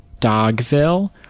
Dogville